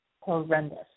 horrendous